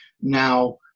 now